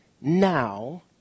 now